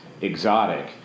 exotic